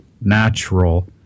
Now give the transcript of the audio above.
natural